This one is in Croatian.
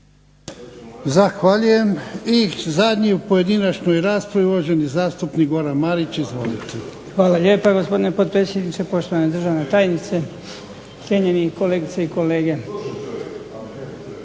Zahvaljujem. I zadnji u pojedinačnoj raspravi, uvaženi zastupnik Goran Marić. Izvolite. **Marić, Goran (HDZ)** Hvala lijepa. Gospodine potpredsjedniče, poštovana državna tajnice, cijenjeni kolegice i kolege.